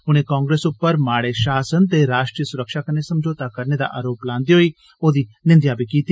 उनें कांग्रेस उप्पर माड़े शासन ते राष्ट्री स्रक्षा कन्नै समझौता करने दा आरोप लांदे होई ओहदी निंदेआ बी कीती